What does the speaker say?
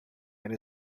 and